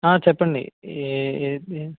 చెప్పండి ఏ ఏ